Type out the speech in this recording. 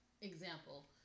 example